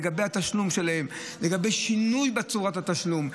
לגבי התשלום שלהם ולגבי שינוי בצורת התשלום.